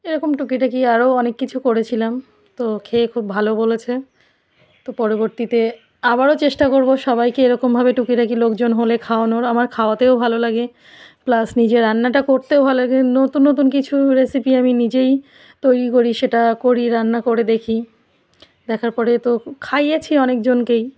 এরকম টুকিটাকি আরও অনেক কিছু করেছিলাম তো খেয়ে খুব ভালো বলেছে তো পরবর্তীতে আবারও চেষ্টা করবো সবাইকে এরকমভাবে টুকিটাকি লোকজন হলে খাওয়ানোর আমার খাওয়াতেও ভালো লাগে প্লাস নিজে রান্নাটা করতেও ভালো লাগে নতুন নতুন কিছু রেসিপি আমি নিজেই তৈরি করি সেটা করি রান্না করে দেখি দেখার পরে তো খাইয়েছি অনেক জনকেই